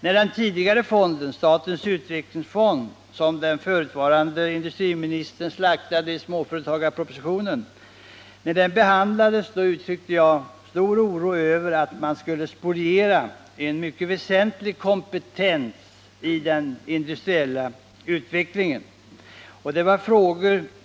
När den tidigare fonden — statens utvecklingsfond, som den förutvarande industriministern slaktade i småföretagarpropositionen — behandlades, så uttryckte jag stor oro över att man skulle spoliera en mycket väsentlig kompetens i industriella utvecklingsfrågor.